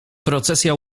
procesja